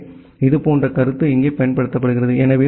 எனவே இதே போன்ற கருத்து இங்கே பயன்படுத்தப்படுகிறது